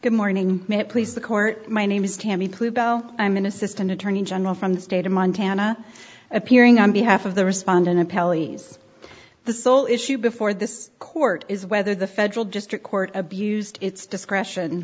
good morning may it please the court my name is tammy bell i'm an assistant attorney general from the state of montana appearing on behalf of the respondent a pelleas the sole issue before this court is whether the federal district court abused its discretion